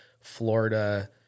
florida